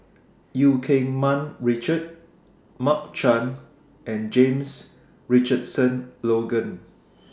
EU Keng Mun Richard Mark Chan and James Richardson Logan